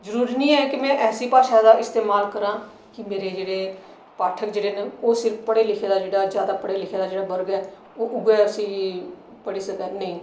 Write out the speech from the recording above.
जरुरी नेईं ऐ कि में ऐसी भाशा दा इस्तेमाल करां कि मेरे जेह्डे़ पाठक जेह्डे़ न ओह् सिर्फ पढ़े लिखे दा गै जेह्ड़ा जैदा पढे लिखे दा जेह्ड़ा बर्ग ऐ ओह् उ'ऐ उसी पढ़ी सकै नेईं